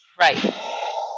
Right